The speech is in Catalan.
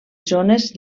zones